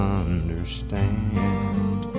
understand